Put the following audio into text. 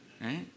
Right